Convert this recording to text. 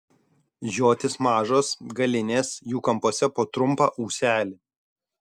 žiotys mažos galinės jų kampuose po trumpą ūselį